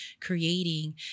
creating